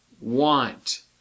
want